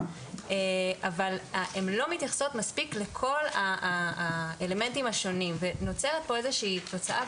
אבל הן לא מתייחסות מספיק לכל האלמנטים השונים ונוצרת פה איזושהי תוצאה,